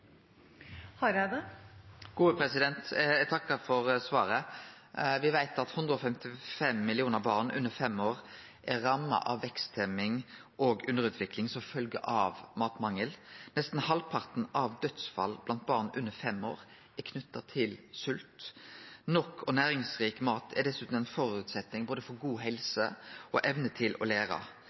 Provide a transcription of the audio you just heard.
Eg takkar for svaret. Me veit at 155 millionar barn under fem år er ramma av veksthemming og underutvikling som følgje av matmangel. Nesten halvparten av dødsfalla blant barn under fem år er knytt til sult. Nok og næringsrik mat er dessutan ein føresetnad både for god helse og for evne til å